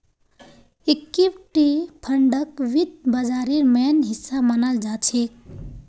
equity फंडक वित्त बाजारेर मेन हिस्सा मनाल जाछेक